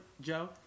Joe